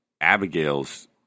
Abigail's